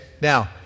Now